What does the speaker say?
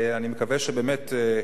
אני מקווה שבאמת,